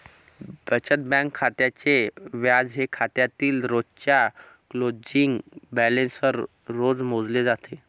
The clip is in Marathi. बचत बँक खात्याचे व्याज हे खात्यातील रोजच्या क्लोजिंग बॅलन्सवर रोज मोजले जाते